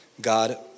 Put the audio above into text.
God